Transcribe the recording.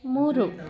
ಮೂರು